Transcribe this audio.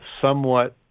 somewhat